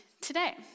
today